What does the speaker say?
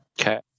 Okay